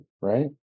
right